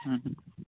ꯎꯝ